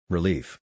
Relief